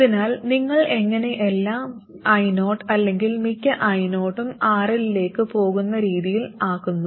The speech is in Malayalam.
അതിനാൽ നിങ്ങൾ എങ്ങനെ എല്ലാ io അല്ലെങ്കിൽ മിക്ക io യും RL ലേക്ക് പോകുന്ന രീതിയിൽ ആക്കുന്നു